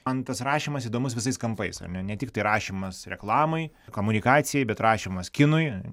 man tas rašymas įdomus visais kampais ar ne ne tiktai rašymas reklamai komunikacijai bet rašymas kinui